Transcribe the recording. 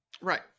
Right